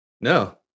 No